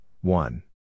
one